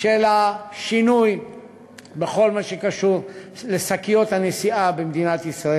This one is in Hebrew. של השינוי בכל מה שקשור לשקיות הנשיאה במדינת ישראל,